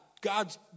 God's